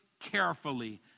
carefully